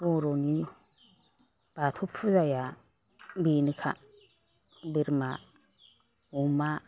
बर'नि बाथौ फुजाया बेनोखा बोरमा अमा